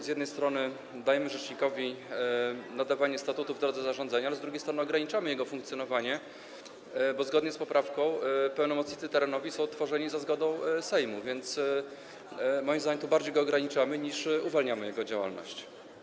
Z jednej strony dajemy rzecznikowi możliwość nadawania statutu w drodze zarządzenia, ale z drugiej strony ograniczamy jego funkcjonowanie, bo zgodnie z poprawką pełnomocnicy terenowi są ustanawiani za zgodą Sejmu, więc moim zdaniem bardziej go tu ograniczamy, niż uwalniamy jego działalność.